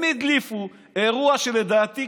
הם הדליפו אירוע שלדעתי,